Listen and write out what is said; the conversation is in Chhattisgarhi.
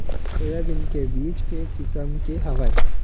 सोयाबीन के बीज के किसम के हवय?